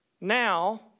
Now